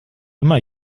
immer